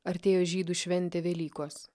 artėjo žydų šventė velykos